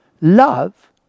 love